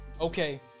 okay